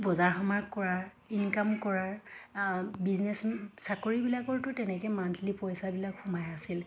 বজাৰ সমাৰ কৰাৰ ইনকাম কৰাৰ বিজনেছ চাকৰিবিলাকৰটো তেনেকৈ মান্থলি পইচাবিলাক সোমাই আছিল